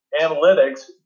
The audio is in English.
analytics